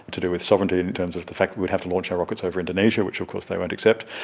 to do with sovereignty in terms of the fact we'd have to launch our rockets over indonesia, which of course they won't accept.